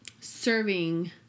serving